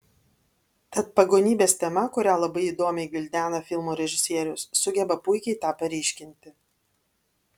tad pagonybės tema kurią labai įdomiai gvildena filmo režisierius sugeba puikiai tą paryškinti